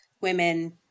women